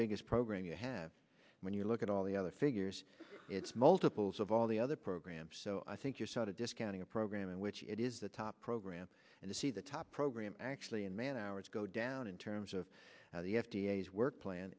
biggest program you have when you look at all the other figures it's multiples of all the other programs so i think you're sort of discounting a program in which it is the top program and to see the top program actually in man hours go down in terms of how the f d a is work plan